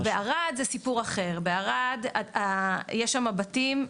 עכשיו, בערד זה סיפור אחר, בערד יש שמה בתים,